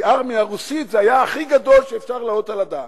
כי ארמיה רוסית זה היה הכי גדול שאפשר היה להעלות על הדעת.